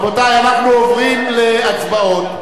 רבותי, אנחנו עוברים להצבעות.